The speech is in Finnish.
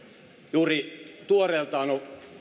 juuri tuoreeltaan